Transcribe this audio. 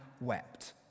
wept